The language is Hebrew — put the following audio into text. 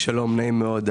שלום, נעים מאוד.